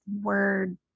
word